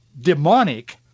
demonic